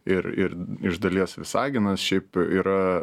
ir ir iš dalies visaginas šiaip yra